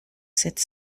sept